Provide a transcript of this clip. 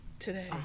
today